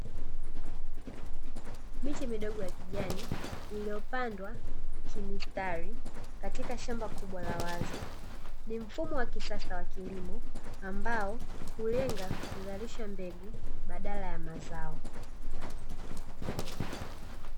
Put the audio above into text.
Miche midogo ya kijani iliyopandwa kimistari katika shamba kubwa la wazi. Ni mfumo wa kisasa wa kilimo ambao hulenga kuzalisha mbegu badala ya mazao.